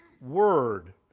Word